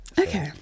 okay